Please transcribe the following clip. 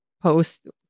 post